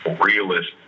realist